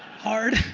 hard.